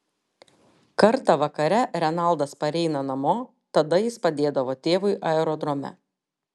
kartą vakare renaldas pareina namo tada jis padėdavo tėvui aerodrome